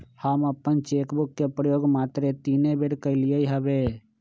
हम अप्पन cheque book के प्रयोग मातरे तीने बेर कलियइ हबे